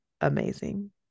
amazing